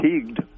fatigued